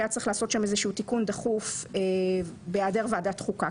שהיה צריך לעשות שם איזשהו תיקון דחוף בהיעדר ועדת חוקה.